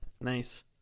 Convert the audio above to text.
nice